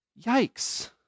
Yikes